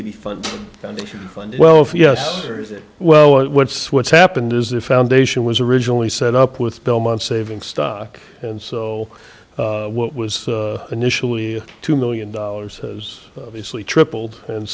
to be fun well yes well what's what's happened is the foundation was originally set up with belmont saving stock and so what was initially two million dollars has obviously tripled and